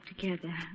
together